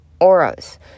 auras